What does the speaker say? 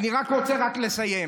רוצה רק לסיים.